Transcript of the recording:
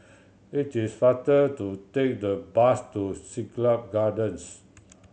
it is faster to take the bus to Siglap Gardens